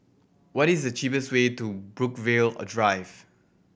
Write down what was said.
what is the cheapest way to Brookvale a Drive